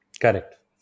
Correct